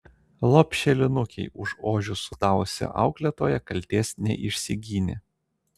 lopšelinukei už ožius sudavusi auklėtoja kaltės neišsigynė